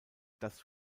das